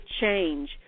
change